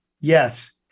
yes